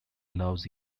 allows